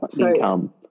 income